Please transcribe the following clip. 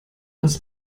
das